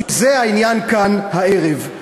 כי זה העניין כאן הערב.